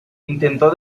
intentó